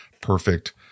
perfect